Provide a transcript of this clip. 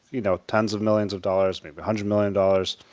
you know, tens of millions of dollars, maybe a hundred million dollars.